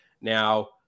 now